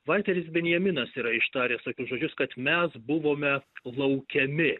valteris benjaminas yra ištaręs tokius žodžius kad mes buvome laukiami